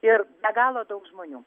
ir be galo daug žmonių